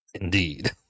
Indeed